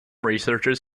researchers